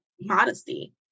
modesty